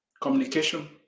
communication